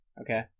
okay